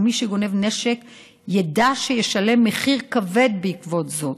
ומי שגונב נשק ידע שישלם מחיר כבד בעקבות זאת.